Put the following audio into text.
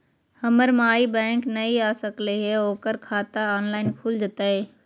हमर माई बैंक नई आ सकली हई, ओकर खाता ऑनलाइन खुल जयतई?